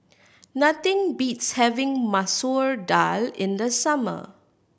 nothing beats having Masoor Dal in the summer